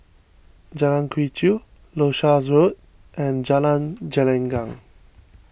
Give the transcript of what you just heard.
Jalan Quee Chew Leuchars Road and Jalan Gelenggang